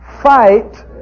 Fight